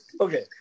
Okay